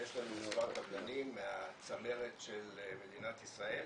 ויש לנו מספר קבלנים מהצמרת של מדינת ישראל,